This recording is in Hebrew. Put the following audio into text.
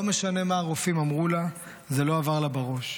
לא משנה מה הרופאים אמרו לה, זה לא עבר לה בראש.